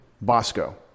Bosco